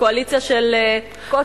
קואליציה של "קוטג'",